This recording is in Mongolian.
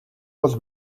бол